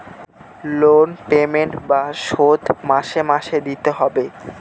loan payment বা শোধ মাসে মাসে দিতে হয়